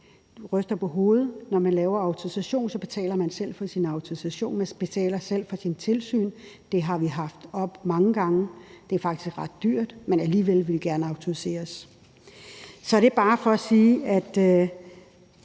kan agere, og når der laves en autorisation, betaler man selv for sin autorisation, man betaler selv for sine tilsyn. Det har vi haft oppe mange gange, og det er faktisk ret dyrt, men alligevel vil de gerne autoriseres. Så det er bare for igen at